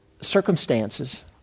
circumstances